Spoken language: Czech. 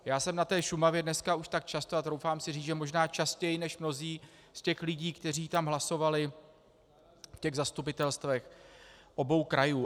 Já jsem na té Šumavě dnes už tak často a troufám si říct, že možná častěji než mnozí z těch lidí, kteří tam hlasovali v těch zastupitelstvech obou krajů.